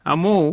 Amo